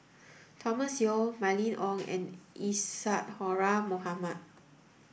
Thomas Yeo Mylene Ong and Isadhora Mohamed